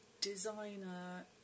designer